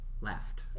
left